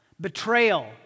betrayal